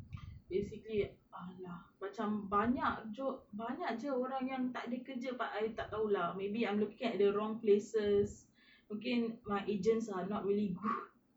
basically !alah! macam banyak job banyak jer orang yang tak ada kerja but I tak tahu lah maybe I'm looking at the wrong places mungkin my agents are not really good